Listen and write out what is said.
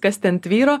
kas ten tvyro